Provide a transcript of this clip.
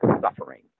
suffering